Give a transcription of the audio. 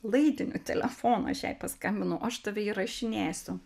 laidiniu telefonu aš jai paskambinau aš tave įrašinėsiu